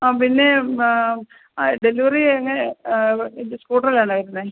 ആ പിന്നെ ആ ഡെലിവറി എങ്ങനെ ഇത് സ്കൂട്ടറിലാണോ വരുന്നത്